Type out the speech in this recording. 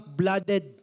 blooded